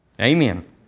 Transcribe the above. Amen